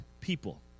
people